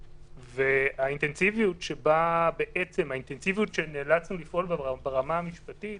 האינטנסיביות שנאלצנו לפעול ברמה המשפטית